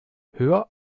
hör